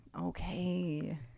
Okay